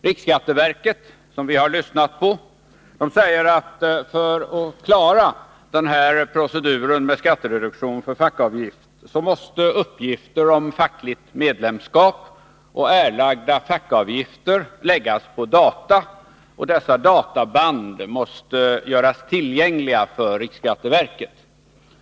Riksskatteverket, som vi har lyssnat på, säger att det för att klara proceduren med den här skattereduktionen för fackföreningsavgifter blir Nr 55 nödvändigt att uppgifter om fackligt medlemskap och erlagda fackavgifter Fredagen den läggs på data och att dessa databand görs tillgängliga för riksskatteverket.